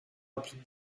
applique